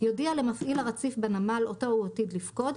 יודיע למפעיל הרציף בנמל אותו הוא עתיד לפקוד,